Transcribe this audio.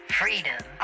freedom